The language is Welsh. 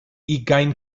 ugain